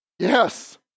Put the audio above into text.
Yes